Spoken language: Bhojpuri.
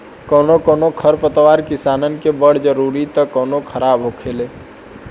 कौनो कौनो खर पतवार किसानन के बड़ जरूरी त कौनो खराब होखेला